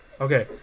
Okay